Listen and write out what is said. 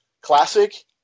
Classic